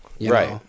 Right